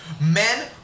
Men